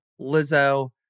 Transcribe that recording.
Lizzo